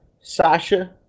Sasha